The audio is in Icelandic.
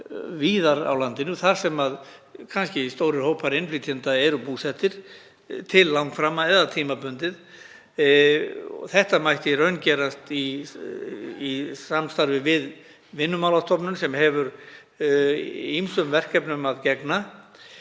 víðar á landinu þar sem kannski stórir hópar innflytjenda eru búsettir til langframa eða tímabundið. Þetta mætti raungerast í samstarfi við Vinnumálastofnun sem hefur ýmsum verkefnum að sinna.